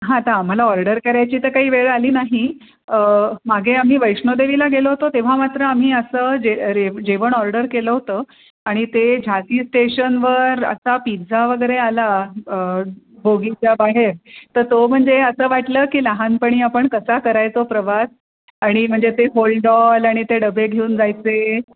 हां आता आम्हाला ऑर्डर करायची तर काही वेळ आली नाही मागे आम्ही वैष्णोदेवीला गेलो होतो तेव्हा मात्र आम्ही असं जे रे जेवण ऑर्डर केलं होतं आणि ते झांसी स्टेशनवर असा पिझ्झा वगैरे आला बोगीच्या बाहेर तर तो म्हणजे असं वाटलं की लहानपणी आपण कसा करायचो प्रवास आणि म्हणजे ते होलडॉल आणि ते डबे घेऊन जायचे